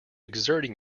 exerting